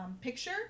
picture